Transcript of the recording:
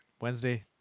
Wednesday